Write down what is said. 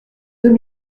deux